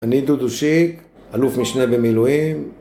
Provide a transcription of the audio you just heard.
אני דודו שיק, אלוף משנה במילואים